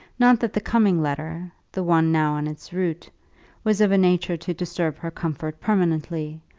not that the coming letter the one now on its route was of a nature to disturb her comfort permanently,